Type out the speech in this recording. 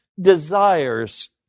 desires